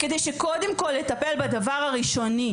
כדי שקודם כל נטפל בדבר הראשון.